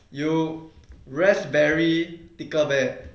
you raspberry thicker bear